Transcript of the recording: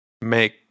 make